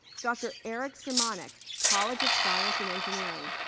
dr. eric simanek, college of science and engineering.